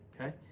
okay